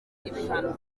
ibihano